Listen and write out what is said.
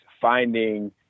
finding